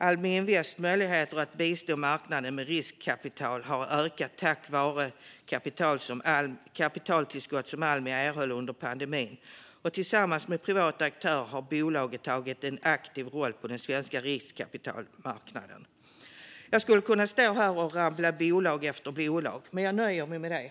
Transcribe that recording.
Almi Invests möjligheter att bistå marknaden med riskkapital har ökat tack vare kapitaltillskott som Almi erhöll under pandemin, och tillsammans med privata aktörer har bolaget tagit en aktiv roll på den svenska riskkapitalmarknaden. Jag skulle kunna stå här och rabbla bolag efter bolag, men jag nöjer mig med detta.